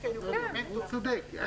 הוא צודק.